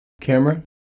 camera